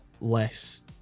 less